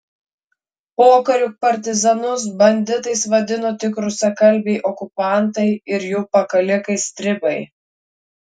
pokariu partizanus banditais vadino tik rusakalbiai okupantai ir jų pakalikai stribai